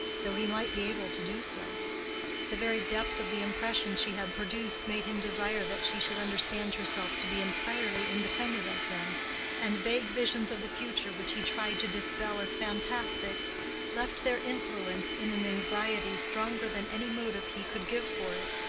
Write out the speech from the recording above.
though he might be able to do so the very depth of the impression she had produced made him desire that she should understand herself to be entirely independent of him and vague visions of the future which he tried to dispel as fantastic left their influence in an anxiety stronger than any motive he could give for it,